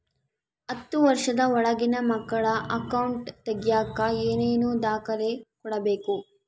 ಹತ್ತುವಷ೯ದ ಒಳಗಿನ ಮಕ್ಕಳ ಅಕೌಂಟ್ ತಗಿಯಾಕ ಏನೇನು ದಾಖಲೆ ಕೊಡಬೇಕು?